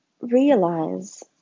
realize